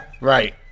right